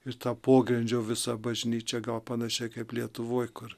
ir ta pogrindžio visa bažnyčia gal panašiai kaip lietuvoj kur